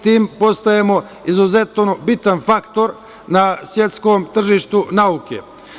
Time postajemo izuzetno bitan faktor na svetskom tržištu nauke.